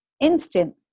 instant